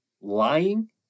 lying